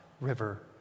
river